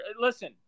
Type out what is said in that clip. Listen